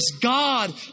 God